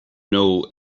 know